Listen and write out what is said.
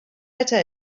better